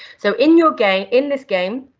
so in your game, in this game,